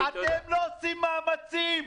אתם לא עושים מאמצים.